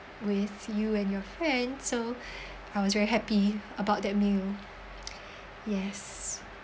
with you and your friend so I was very happy about that meal yes